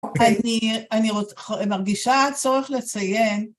אני מרגישה צורך לציין.